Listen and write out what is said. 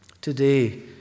Today